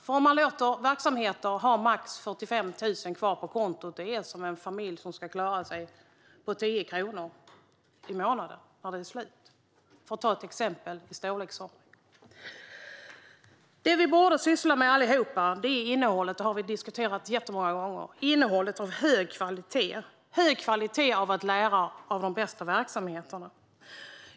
Att låta verksamheter ha max 45 000 kvar på kontot är som att en familj ska klara sig på 10 kronor i månaden, när den är slut, för att ta ett exempel i samma storleksordning. Det som vi alla borde syssla med är innehållet, som vi har diskuterat jättemånga gånger - ett innehåll av hög kvalitet, som kommer sig av att lära av de bästa verksamheterna.